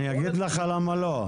אני אגיד לך למה לא?